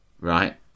right